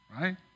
right